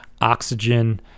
Oxygen